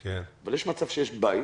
אבל יש מצב שיש בית,